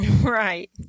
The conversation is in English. Right